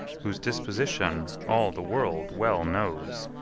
whose disposition, all the world well knows,